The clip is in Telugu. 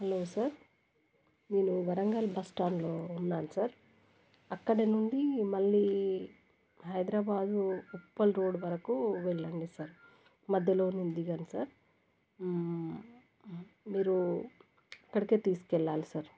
హలో సార్ నేను వరంగల్ బస్ సాండ్లో ఉన్నాను సార్ అక్కడ నుండి మళ్ళీ హైదరాబాదు ఉప్పల్ రోడ్ వరకు వెళ్ళండి సార్ మధ్యలో నేను దిగాలి సార్ మీరు అక్కడికి తీసుకు వెళ్ళాలి సార్